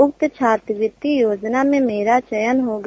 उक्त छात्रवृत्ति योजना में मेरा चयन हो गया